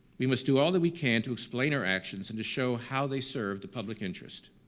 we must do all that we can to explain our actions and to show how they serve the public interest.